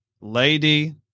Lady